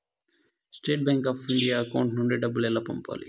State bank of India account నుంచి డబ్బులు ఎలా పంపాలి?